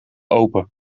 open